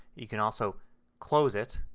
you can also close it